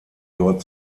dort